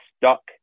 stuck